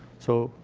so,